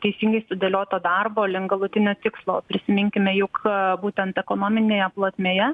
teisingai sudėlioto darbo link galutinio tikslo prisiminkime juk būtent ekonominėje plotmėje